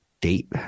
date